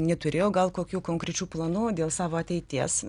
neturėjo gal kokių konkrečių planų dėl savo ateities